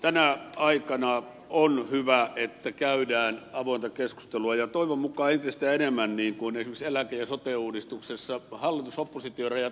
tänä aikana on hyvä että käydään avointa keskustelua ja toivon mukaan entistä enemmän esimerkiksi eläke ja sote uudistuksessa hallitusoppositio rajat ylittäen